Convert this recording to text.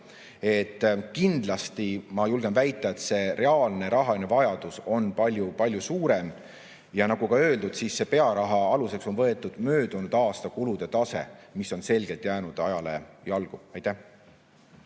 Kindlasti ma julgen väita, et reaalne rahaline vajadus on palju-palju suurem. Ja nagu ka öeldud, siis pearaha aluseks on võetud möödunud aasta kulude tase, mis on selgelt ajale jalgu jäänud. Aitäh!